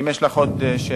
אם יש לך עוד שאלה,